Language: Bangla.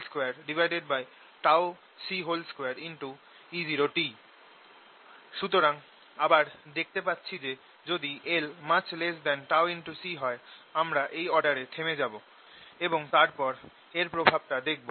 সুতরাং আবার দেখতে পাচ্ছি যে যদি l≪ τC হয় আমরা এই অর্ডার এ থেমে যাব এবং তারপর এর প্রভাব টা দেখব